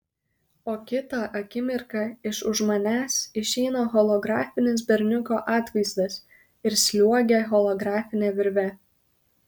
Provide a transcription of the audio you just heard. o kitą akimirką iš už manęs išeina holografinis berniuko atvaizdas ir sliuogia holografine virve